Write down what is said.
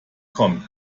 kommt